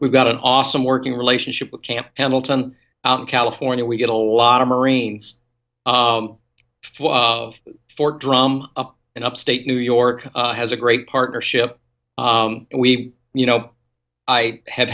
we've got an awesome working relationship with camp pendleton california we get a lot of marines of fort drum up in upstate new york has a great partnership and we you know i have